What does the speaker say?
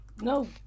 No